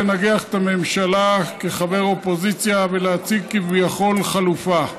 לנגח את הממשלה כחבר אופוזיציה ולהציג כביכול חלופה,